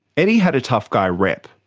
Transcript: eddie had a tough guy rep,